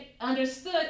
understood